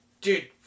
dude